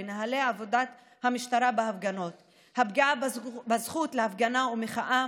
נוהלי עבודת המשטרה בהפגנות והפגיעה בזכות להפגנה ומחאה.